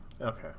Okay